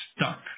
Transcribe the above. stuck